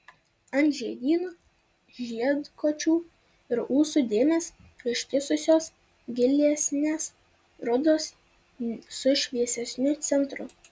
ant žiedynų žiedkočių ir ūsų dėmės ištįsusios gilesnės rudos su šviesesniu centru